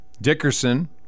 Dickerson